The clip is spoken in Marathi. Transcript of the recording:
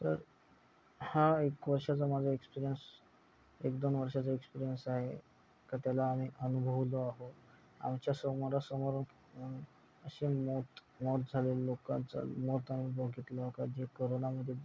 तर हा एक वर्षाचा माझा एक्सपिरियन्स एक दोन वर्षाचा एक्सपिरियन्स आहे का त्याला आम्ही अनुभवलो आहोत आमच्या समोरासमोर असे मौत मौत झाले लोकांचा मौत आम्ही बघितला का जे कोरोनामध्ये